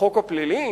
בחוק הפלילי?